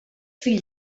fill